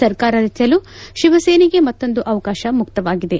ಸರ್ಕಾರ ರಚಿಸಲು ಶಿವಸೇನೆಗೆ ಮತ್ತೊಂದು ಅವಕಾಶ ಮುಕ್ತವಾಗಿದೆ